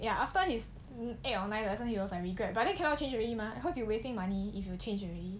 ya after he's eight or nine lesson he regret but then cannot change already mah cause you wasting money if you change already